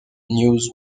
news